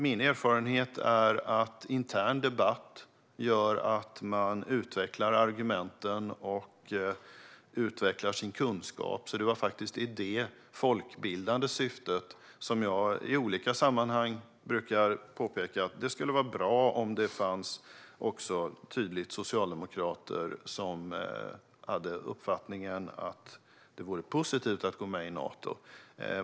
Min erfarenhet är att intern debatt gör att man utvecklar argumenten och utvecklar sin kunskap, så det är faktiskt i detta folkbildande syfte som jag i olika sammanhang brukar påpeka att det skulle vara bra om det även fanns socialdemokrater som tydligt hade uppfattningen att det vore positivt att gå med i Nato.